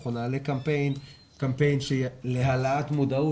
אנחנו נעלה קמפיין להעלאת מודעות.